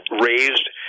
raised